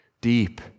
deep